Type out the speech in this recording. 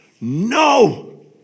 no